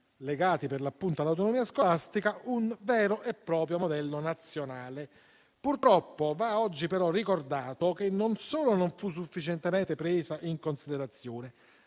legati per l'appunto all'autonomia scolastica, un vero e proprio modello nazionale. Purtroppo va oggi ricordato che non solo non fu sufficientemente presa in considerazione,